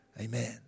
amen